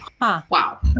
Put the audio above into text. Wow